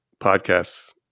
podcasts